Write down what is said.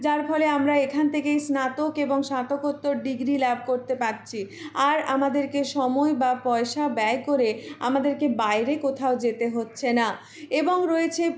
যার ফলে আমরা এখান থেকেই স্নাতক এবং স্নাতকোত্তর ডিগ্রি লাভ করতে পারছি আর আমাদেরকে সময় বা পয়সা ব্যয় করে আমাদেরকে বাইরে কোথাও যেতে হচ্ছে না এবং রয়েছে